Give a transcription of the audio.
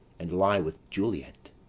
and lie with juliet.